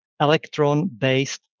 electron-based